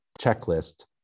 checklist